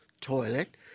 toilet